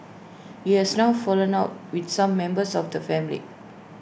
he has now fallen out with some members of the family